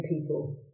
people